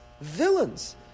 villains